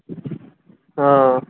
অঁ